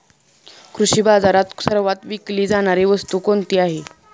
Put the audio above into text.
कृषी बाजारात सर्वात विकली जाणारी वस्तू कोणती आहे?